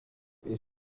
est